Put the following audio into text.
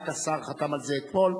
רק השר חתם על זה אתמול,